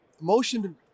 motion